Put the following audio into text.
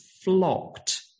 flocked